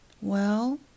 Well